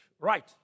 right